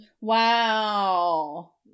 Wow